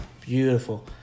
Beautiful